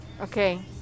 Okay